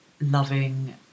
loving